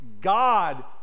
God